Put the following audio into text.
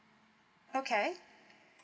okay